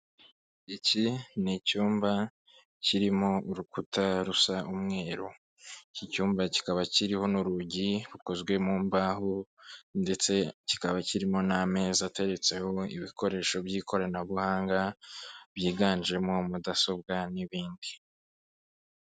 Iki ni icyumba kirimo urukuta rusa umweru, iki cyumba kikaba kiriho n'urugi rukozwe mu mbaho ndetse kikaba kirimo n'amezi atetseho ibikoresho by'ikoranabuhanga, byiganjemo mudasobwa n'ibindi.